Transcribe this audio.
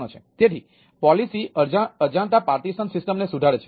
તેથી પોલિસી અજાણતાં પાર્ટીશન સિસ્ટમને સુધારે છે